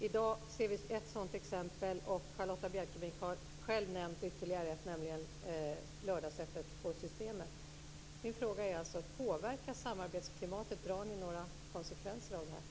I dag ser vi ett sådant exempel, och Charlotta Bjälkebring har själv nämnt ytterligare ett, nämligen lördagsöppet på Systemet. Min fråga är alltså: Påverkas samarbetsklimatet, och drar ni några konsekvenser av detta?